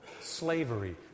slavery